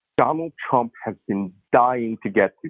donald trump has been dying to get to.